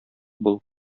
бул